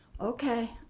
Okay